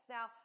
Now